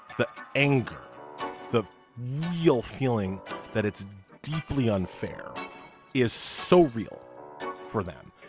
the anger the real feeling that it's deeply unfair is so real for them.